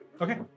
Okay